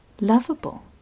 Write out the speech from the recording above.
lovable